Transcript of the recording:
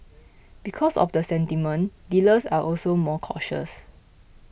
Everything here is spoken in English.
because of the sentiment dealers are also more cautious